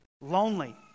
lonely